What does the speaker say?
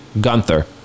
Gunther